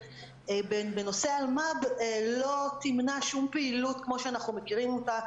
שבנושא אלמ"ב לא תמנע שום פעילות כמו שאנחנו מכירים אותה,